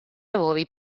errori